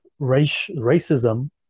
racism